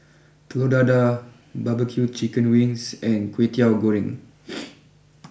Telur Dadah Barbeque Chicken wings and Kwetiau Goreng